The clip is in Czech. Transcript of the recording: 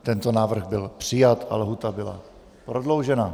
Tento návrh byl přijat a lhůta byla prodloužena.